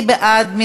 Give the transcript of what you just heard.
מי בעד?